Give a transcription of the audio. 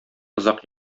озак